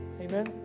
Amen